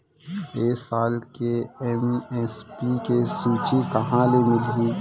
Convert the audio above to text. ए साल के एम.एस.पी के सूची कहाँ ले मिलही?